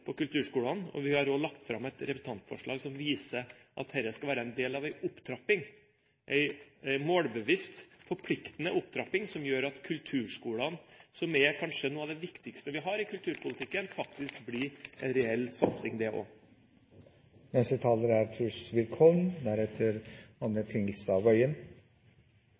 på kulturskolene, og vi har også lagt fram et representantforslag som viser at dette skal være en del av en opptrapping, en målbevisst, forpliktende opptrapping, som gjør at kulturskolene, som kanskje er noe av det viktigste vi har i kulturpolitikken, faktisk blir en reell satsing det